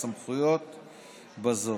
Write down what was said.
סמכויות זאת.